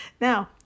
Now